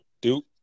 Duke